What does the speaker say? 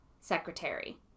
secretary